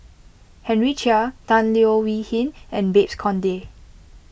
Henry Chia Tan Leo Wee Hin and Babes Conde